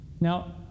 Now